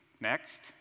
Next